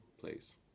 place